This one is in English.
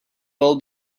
old